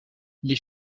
les